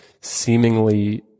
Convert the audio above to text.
seemingly